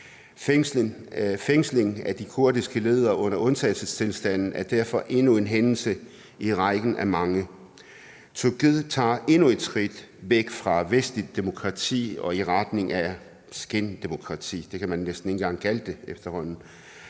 fængsling af de kurdiske ledere under undtagelsestilstanden er derfor endnu en hændelse i rækken af mange. Tyrkiet tager endnu et skridt væk fra vestligt demokrati og i retning af skindemokrati – det kan man efterhånden næsten ikke engang kalde det. Det kan